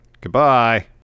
Goodbye